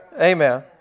Amen